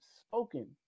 spoken